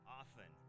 often